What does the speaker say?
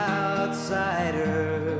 outsider